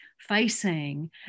facing